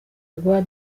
rwa